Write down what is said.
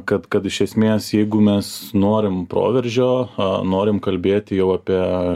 kad kad iš esmės jeigu mes norim proveržio norim kalbėti jau apie